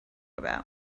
about